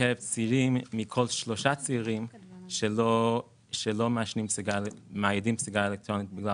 וששניים מכל שלושה צעירים שלא מאיידים סיגריה אלקטרונית בגלל